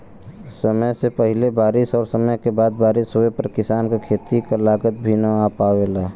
समय से पहिले बारिस और समय के बाद बारिस होवे पर किसान क खेती क लागत भी न आ पावेला